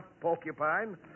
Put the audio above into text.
porcupine